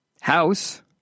house